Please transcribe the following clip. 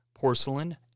porcelain